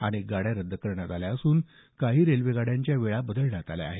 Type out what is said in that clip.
अनेक गाड्या रद्द करण्यात आल्या असून काही गाड्यांच्या वेळा बदलण्यात आल्या आहेत